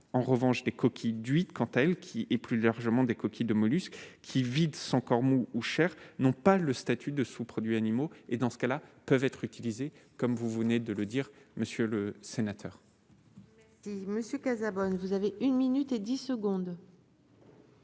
en revanche des coquilles d'huîtres, quant à elle, qui et plus largement des coquilles de mollusques qui vide son corps mou ou chèque. Non pas le statut de sous-produits animaux et dans ce cas-là, peuvent être utilisés comme vous venez de le dire, monsieur le sénateur. Si Monsieur Casabonne vous avez une minute et 10 secondes.